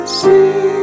see